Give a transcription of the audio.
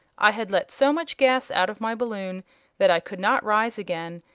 i had let so much gas out of my balloon that i could not rise again,